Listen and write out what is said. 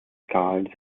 cavalls